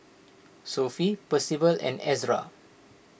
Sophie Percival and Ezra